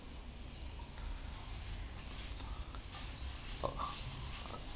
oh